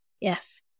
Yes